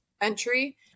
entry